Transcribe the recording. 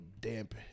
damp